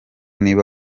niba